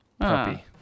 puppy